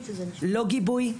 לא גיבוי,